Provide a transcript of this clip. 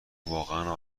واقعا